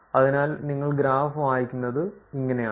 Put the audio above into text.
അതിനാൽ നിങ്ങൾ ഗ്രാഫ് വായിക്കുന്നത് ഇങ്ങനെയാണ്